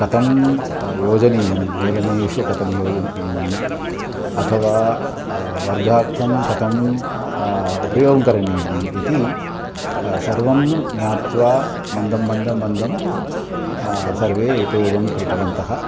कथं योजनीयं मेलनेषु कथं योजनीयं अथवा वर्गार्थं कथम् उपयोगं करणीयम् इति सर्वं ज्ञात्वा मन्दं मन्दं मन्दं सर्वे उपयोगं कृतवन्तः